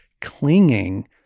clinging